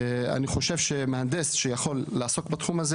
אני חושב שמהנדס שיכול לעסוק בתחום הזה